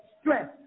stress